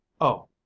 Oh